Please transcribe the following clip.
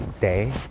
day